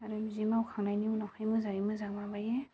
आरो बिदि मावखांनायनि उनावहाय मोजाङै मोजां माबायो